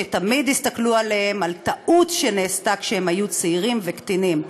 שתמיד הסתכלו עליהם על טעות שנעשתה כשהם היו צעירים וקטינים.